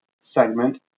segment